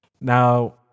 now